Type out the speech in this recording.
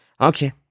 Okay